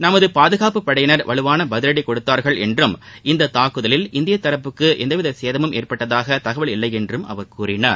நமது பாதுகாப்புப் படையினர் வலுவான பதிலடி கொடுத்தார்கள் என்றும் இந்த தாக்குதலில் இந்திய தரப்புக்கு எவ்வித சேதமும் ஏற்பட்டதாக தகவல் இல்லையெனவும் அவர் கூறினார்